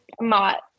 Mott